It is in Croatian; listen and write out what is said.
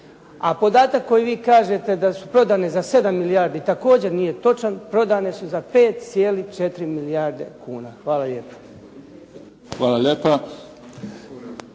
A podatak koji vi kažete da su prodani za 7 milijardi također nije točan. Prodane su za 5,4 milijarde kuna. Hvala lijepo. **Mimica,